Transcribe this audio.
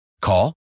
Call